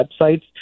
websites